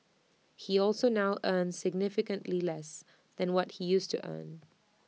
he also now earns significantly less than what he used to earn